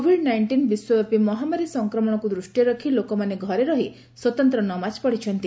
Covid nineteen ବିଶ୍ୱବ୍ୟାପୀ ମହାମାରୀ ସଂକ୍ରମଶକୁ ଦୂଷିରେ ରଖ ଲୋକମାନେ ଘରେ ରହି ସ୍ୱତନ୍ତ ନମାଜ ପଡ଼ିଛନ୍ତି